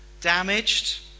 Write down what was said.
damaged